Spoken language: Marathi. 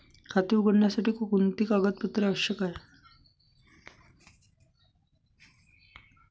खाते उघडण्यासाठी कोणती कागदपत्रे आवश्यक आहे?